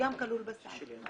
שגם כלול בסל.